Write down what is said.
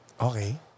Okay